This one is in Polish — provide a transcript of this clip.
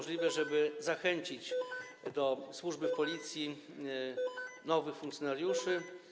żeby zachęcić do służby w Policji nowych funkcjonariuszy.